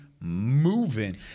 moving